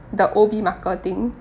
the O_B marker thing